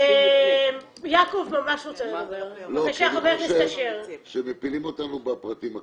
אני חושב שמפילים אותנו בפרטים הקטנים.